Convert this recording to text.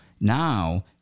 now